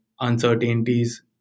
uncertainties